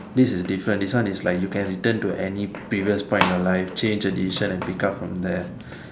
this is different this one is like you can return to any period point of your life change a decision and pick up from there